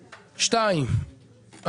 שתיים,